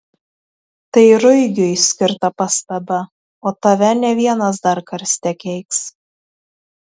tai ruigiui skirta pastaba o tave ne vienas dar karste keiks